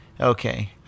okay